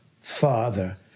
father